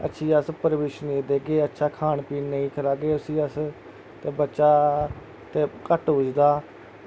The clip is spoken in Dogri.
अच्छी अस परवरिश नेईं देगे अच्छा खान पीन नेईं खलागे उस्सी अस ते बच्चा ते घट्ट उज्जदा